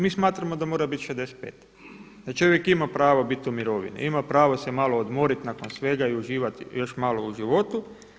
Mi smatramo da mora biti 65, da čovjek ima pravo biti u mirovini, ima pravo se malo odmoriti nakon svega i uživati još malo u životu.